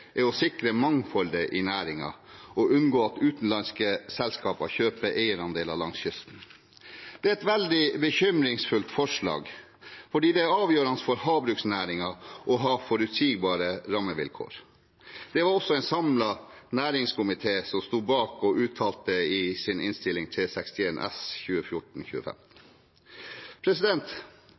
er å sikre mangfoldet i næringen og å unngå at utenlandske selskaper kjøper eierandeler langs kysten. Det er et veldig bekymringsfullt forslag, fordi det er avgjørende for havbruksnæringen å ha forutsigbare rammevilkår. Det var det også en samlet næringskomité som sto bak og uttalte i sin Innst. 361 S